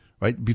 Right